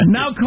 Now